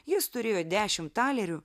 jis turėjo dešimtalerių